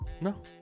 No